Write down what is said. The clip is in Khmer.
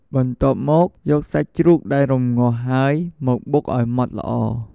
បន្ទាប់មក យកសាច់ជ្រូកដែលរំងាស់ហើយមកបុកឲ្យម៉ត់ល្អ។